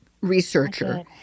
researcher